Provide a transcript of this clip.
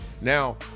Now